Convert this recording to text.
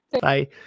Bye